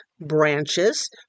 branches